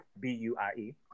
B-U-I-E